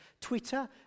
Twitter